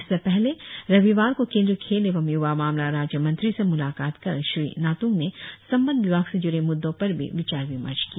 इससे पहले रविवार को केंद्रिय खेल एवं युवा मामला राज्य मंत्री से मुलाकात कर श्री नातुंग ने संबंद्व विभाग से जुड़े मुद्दो पर भी विचार विमर्श किया